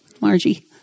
Margie